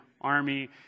army